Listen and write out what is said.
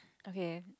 okay